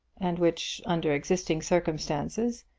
and which, under existing circumstances,